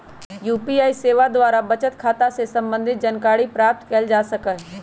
UPI सेवा द्वारा बचत खता से संबंधित जानकारी प्राप्त कएल जा सकहइ